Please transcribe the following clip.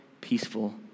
peaceful